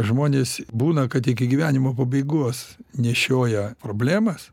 žmonės būna kad iki gyvenimo pabaigos nešioja problemas